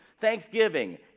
thanksgiving